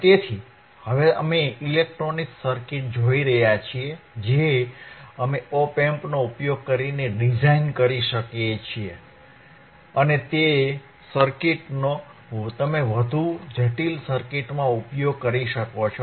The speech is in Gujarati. તેથી હવે અમે ઇલેક્ટ્રોનિક સર્કિટ્સ જોઈ રહ્યા છીએ જે અમે op amp નો ઉપયોગ કરીને ડિઝાઇન કરી શકીએ છીએ અને તે સર્કિટનો તમે વધુ જટિલ સર્કિટમાં ઉપયોગ કરી શકો છો